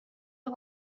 you